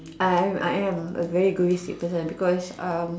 I I am a very egoistic person because um